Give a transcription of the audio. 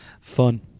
Fun